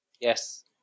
Yes